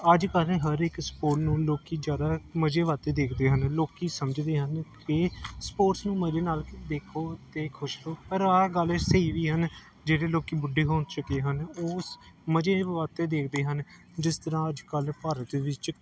ਅੱਜ ਕੱਲ੍ਹ ਹਰ ਇੱਕ ਸਪੋਟ ਨੂੰ ਲੋਕ ਜ਼ਿਆਦਾ ਮਜ਼ੇ ਵਾਸਤੇ ਦੇਖਦੇ ਹਨ ਲੋਕੀ ਸਮਝਦੇ ਹਨ ਕਿ ਸਪੋਰਟਸ ਨੂੰ ਮਜ਼ੇ ਨਾਲ ਦੇਖੋ ਅਤੇ ਖੁਸ਼ ਰਹੋ ਪਰ ਆਹ ਗੱਲ ਸਹੀ ਵੀ ਹਨ ਜਿਹੜੇ ਲੋਕ ਬੁੱਢੇ ਹੋ ਚੁਕੇ ਹਨ ਉਸ ਮਜ਼ੇ ਵਾਸਤੇ ਦੇਖਦੇ ਹਨ ਜਿਸ ਤਰ੍ਹਾ ਅੱਜ ਕੱਲ੍ਹ ਭਾਰਤ ਦੇ ਵਿੱਚ